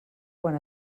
quan